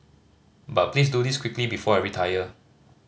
but please do this quickly before I retire